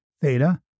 theta